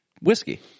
whiskey